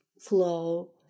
flow